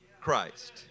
Christ